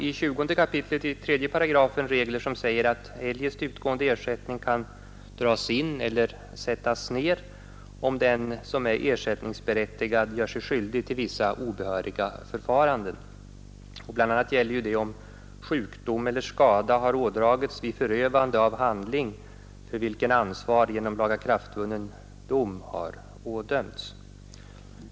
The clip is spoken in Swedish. I 20 kap. 3§ finns regler som säger att eljest utgående ersättning kan dras in eller sättas ner om den som är ersättningsberättigad gör sig skyldig till vissa obehöriga förfaranden. BI. a. gäller det om sjukdom eller skada har ådragits vid förövande av handling, för vilken ansvar genom lagakraftvunnen dom har ådömts.